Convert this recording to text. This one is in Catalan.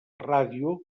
ràdio